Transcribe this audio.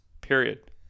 period